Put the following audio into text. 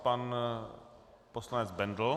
Pan poslanec Bendl.